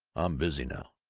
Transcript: i'm busy now.